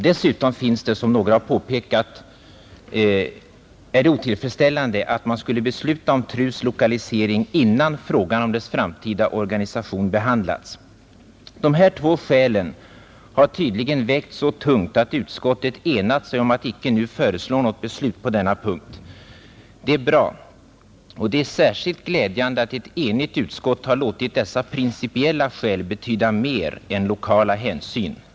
Dessutom är det, som några talare påpekat, otillfredsställande att man skulle besluta om TRU:s lokalisering innan frågan om dess framtida organisation behandlats, De här två skälen har tydligen vägt så tungt, att utskottet enat sig om att nu icke föreslå något beslut på denna punkt. Det är bra. Och det är särskilt glädjande att ett enigt utskott har låtit dessa principiella skäl betyda mer än lokala hänsyn.